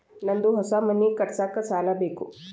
ನಂದು ಹೊಸ ಮನಿ ಕಟ್ಸಾಕ್ ಸಾಲ ಬೇಕು